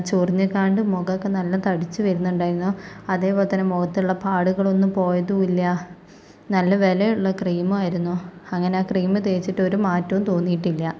ചൊറിഞ്ഞിക്കാണ്ട് മുഖമൊക്കെ നല്ല തടിച്ചു വരുന്നുണ്ടായിരുന്നു അതേപോലെതന്നെ മുഖത്തുള്ള പാടുകളൊന്നും പോയതും ഇല്ല നല്ല വിലയുള്ള ക്രീമായിരുന്നു അങ്ങനെ ആ ക്രീമു തേച്ചിട്ട് ഒരു മാറ്റവും തോന്നിയിട്ടില്ല